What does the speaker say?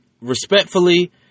respectfully